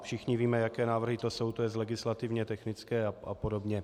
Všichni víme, jaké návrhy to jsou, to jest legislativně technické a podobně.